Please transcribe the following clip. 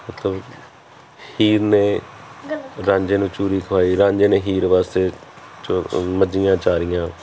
ਮਤਲਬ ਹੀਰ ਨੇ ਰਾਂਝੇ ਨੂੰ ਚੂਰੀ ਖੁਆਈ ਰਾਂਝੇ ਨੇ ਹੀਰ ਵਾਸਤੇ ਚ ਮੱਝੀਆਂ ਚਾਰੀਆਂ